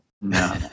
No